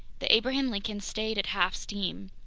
the abraham lincoln stayed at half steam.